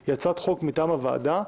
היא הצעת חוק מטעם הוועדה,